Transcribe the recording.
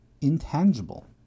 intangible